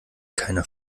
keiner